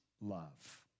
love